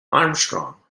armstrong